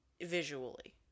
Visually